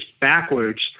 backwards